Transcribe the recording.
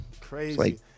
Crazy